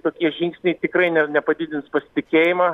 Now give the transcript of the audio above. tokie žingsniai tikrai ne nepadidins pasitikėjima